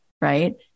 Right